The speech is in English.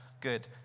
Good